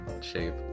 shape